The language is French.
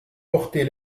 porter